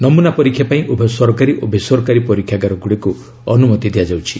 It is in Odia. ନମୁନା ପରୀକ୍ଷା ପାଇଁ ଉଭୟ ସରକାରୀ ଓ ବେସରକାରୀ ପରୀକ୍ଷାଗାରଗୁଡ଼ିକୁ ଅନୁମତି ପ୍ରଦାନ କରାଯାଉଛି